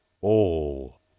All